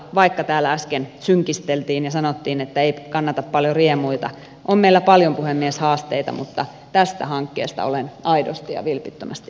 vaikka täällä äsken synkisteltiin ja sanottiin että ei kannata paljon riemuita on meillä paljon puhemies haasteita mutta tästä hankkeesta olen aidosti ja vilpittömästi iloinen